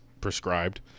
prescribed